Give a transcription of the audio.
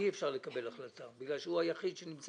אי אפשר לקבל החלטה בגלל שהוא היחיד שנמצא